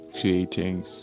creating